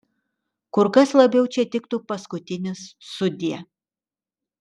kur kas labiau čia tiktų paskutinis sudie